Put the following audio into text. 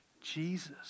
Jesus